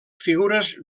figures